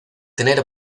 tener